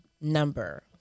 number